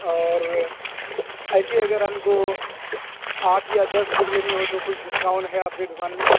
اور ایسے ہی اگر ہم کو آٹھ یا دس بک لینی ہو تو کچھ ڈسکاؤنٹ ہے آپ کی دوکان میں